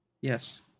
Yes